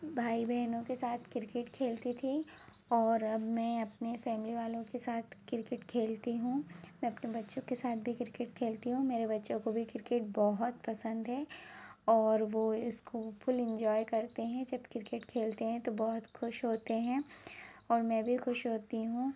भाई बहनों के साथ क्रिकेट खेलती थी और अब मैं अपने फैमली वालों के साथ क्रिकेट खेलती हूँ मैं अपने बच्चों के साथ भी क्रिकेट खेलती हूँ मेरे बच्चों को भी क्रिकेट बहुत पसंद है और वो इसको फुल इंजॉय करते हैं जब क्रिकेट खेलते हैं तो बहुत खुश होते हैं और मैं भी खुश होती हूँ